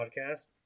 podcast